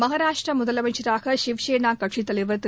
மகாராஷ்ட்டிர முதலமைச்சராக சிவசேனா கட்சித் தலைவர் திரு